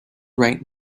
right